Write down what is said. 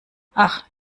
ach